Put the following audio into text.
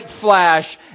flash